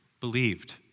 believed